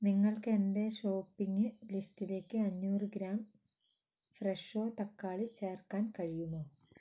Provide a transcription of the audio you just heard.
നിങ്ങൾക്ക് എന്റെ ഷോപ്പിംഗ് ലിസ്റ്റിലേക്ക് അഞ്ഞൂറ് ഗ്രാം ഫ്രെഷോ തക്കാളി ചേർക്കാൻ കഴിയുമോ